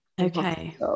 Okay